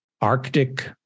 Arctic